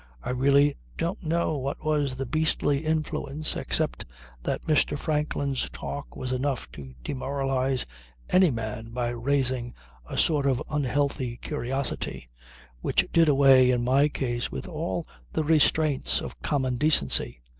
i really don't know what was the beastly influence except that mr. franklin's talk was enough to demoralize any man by raising a sort of unhealthy curiosity which did away in my case with all the restraints of common decency.